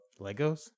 Legos